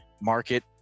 market